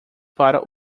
para